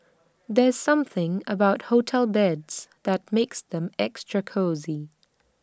there's something about hotel beds that makes them extra cosy